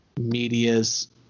media's